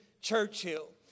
Churchill